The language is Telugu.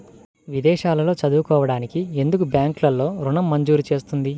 విదేశాల్లో చదువుకోవడానికి ఎందుకు బ్యాంక్లలో ఋణం మంజూరు చేస్తుంది?